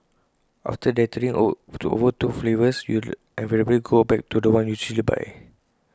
after dithering over the two flavours you invariably go back to The One you usually buy